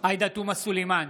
עאידה תומא סלימאן,